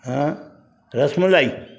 हा रसमलाई